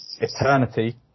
eternity